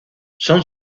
son